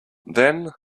then